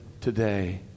today